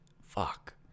Fuck